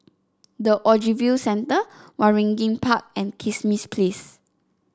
The Ogilvy Centre Waringin Park and Kismis Place